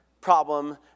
problem